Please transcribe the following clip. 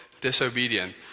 disobedient